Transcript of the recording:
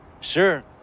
Sure